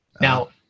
Now